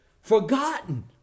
forgotten